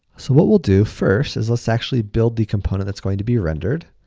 so, what we'll do first is let's actually build the component that's going to be rendered.